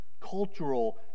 cultural